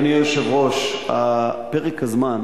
אדוני היושב-ראש, פרק הזמן